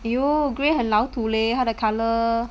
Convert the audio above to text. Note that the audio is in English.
!aiyo! grey 很老土 leh 他的 colour